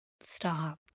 Stop